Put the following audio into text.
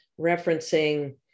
referencing